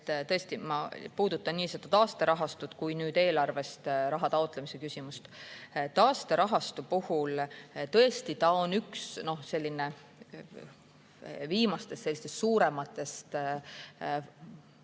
Tõesti, ma puudutan nii seda taasterahastut kui ka nüüd eelarvest raha taotlemise küsimust. Taasterahastu on tõesti üks viimastest sellistest suurematest rahastutest,